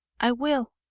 i will,